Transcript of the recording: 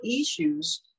issues